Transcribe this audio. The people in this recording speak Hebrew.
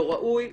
לא ראוי,